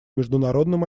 международным